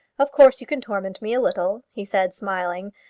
of course you can torment me a little, he said, smiling,